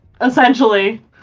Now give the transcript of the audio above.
essentially